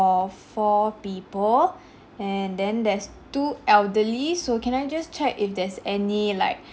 four people and then there's two elderlies so can I just check if there's any like